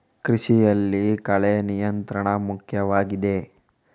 ಕೃಷಿಯಲ್ಲಿ ಕಳೆ ನಿಯಂತ್ರಣ ಮುಖ್ಯವಾಗಿದೆ